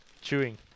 Chewing